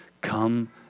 Come